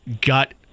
gut